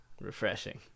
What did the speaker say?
refreshing